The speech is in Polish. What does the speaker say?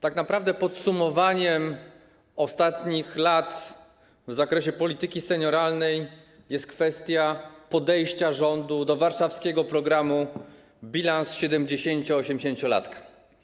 Tak naprawdę podsumowaniem ostatnich lat w zakresie polityki senioralnej jest kwestia podejścia rządu do warszawskiego programu „Bilans 70- i 80-latka”